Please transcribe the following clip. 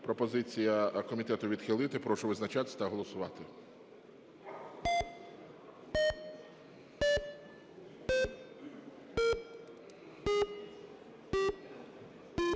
Пропозиція комітету – відхилити. Прошу визначатися та голосувати.